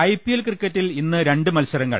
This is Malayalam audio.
ഐപിഎൽ ക്രിക്കറ്റിൽ ഇന്ന് രണ്ട് മത്സരങ്ങൾ